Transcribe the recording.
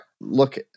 look